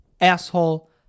asshole